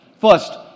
First